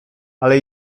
ale